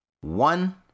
One